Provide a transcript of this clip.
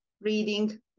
reading